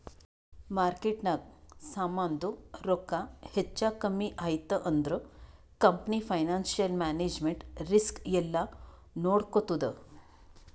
ಮಾರ್ಕೆಟ್ನಾಗ್ ಸಮಾಂದು ರೊಕ್ಕಾ ಹೆಚ್ಚಾ ಕಮ್ಮಿ ಐಯ್ತ ಅಂದುರ್ ಕಂಪನಿ ಫೈನಾನ್ಸಿಯಲ್ ಮ್ಯಾನೇಜ್ಮೆಂಟ್ ರಿಸ್ಕ್ ಎಲ್ಲಾ ನೋಡ್ಕೋತ್ತುದ್